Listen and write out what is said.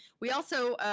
we also,